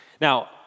Now